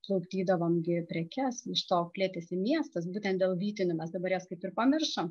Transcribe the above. plukdydavom gi prekes iš to plėtėsi miestas būtent dėlvytinių mes dabar jas kaip ir pamiršom